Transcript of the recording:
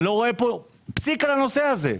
אני לא רואה פה פסיק בנושא הזה.